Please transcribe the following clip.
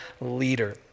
leader